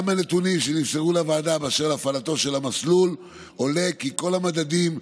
מהנתונים שנמסרו לוועדה באשר להפעלתו של המסלול עולה כי בכל המדדים,